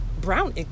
brown